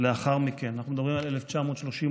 לאחר מכן, ואני מדבר על 1938,